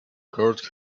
court